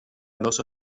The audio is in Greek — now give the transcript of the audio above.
ενός